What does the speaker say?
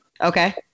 okay